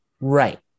Right